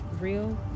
real